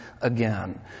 again